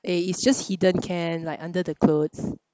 eh it's just hidden can like under the clothes